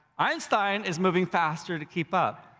einstein is moving faster to keep up.